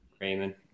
Raymond